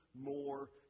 more